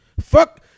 Fuck